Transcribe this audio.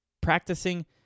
practicing